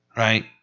right